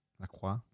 Lacroix